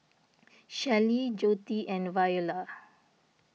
Shelley Joette and Viola